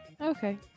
Okay